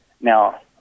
Now